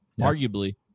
arguably